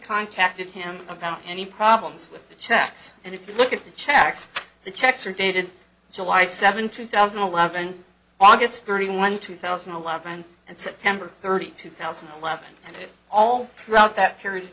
contacted him about any problems with the checks and if you look at the checks the checks are dated july seventh two thousand and eleven august thirty one two thousand and eleven and september thirtieth two thousand and eleven and all throughout that period of